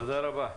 תודה רבה.